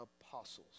apostles